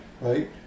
right